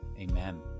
Amen